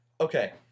Okay